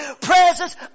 presence